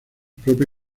propio